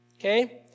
Okay